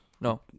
No